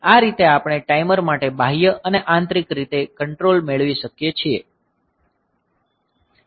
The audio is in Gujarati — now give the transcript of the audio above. આ રીતે આપણે આ ટાઈમર માટે બાહ્ય અને આંતરિક રીતે કંટ્રોલ મેળવી શકીએ છીએ